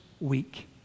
week